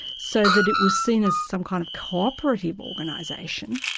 so that it was seen as some kind of co-operative organisation.